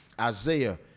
Isaiah